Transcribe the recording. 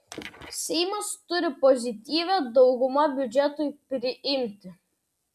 seimas turi pozityvią daugumą biudžetui priimti